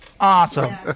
Awesome